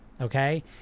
Okay